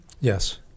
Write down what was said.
Yes